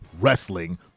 Wrestling